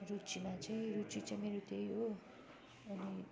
रुचिमा चाहिँ रुचि चाहिँ मेरो त्यही हो अनि